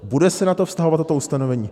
Bude se na to vztahovat toto ustanovení?